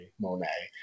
Monet